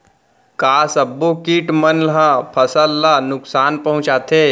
का सब्बो किट मन ह फसल ला नुकसान पहुंचाथे?